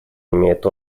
имеют